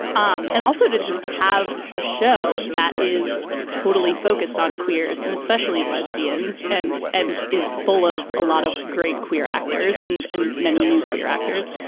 um and also to just have a show that is totally focused on queers and especially lesbians and and is full of a lot of great queer actors and and many new queer actors.